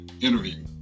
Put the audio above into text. interview